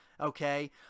Okay